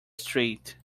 street